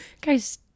guys